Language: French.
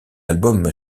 album